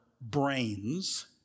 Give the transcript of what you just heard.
brains